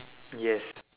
yes